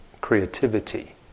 creativity